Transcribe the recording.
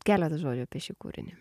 keletą žodžių apie šį kūrinį